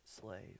slave